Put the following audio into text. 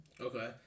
okay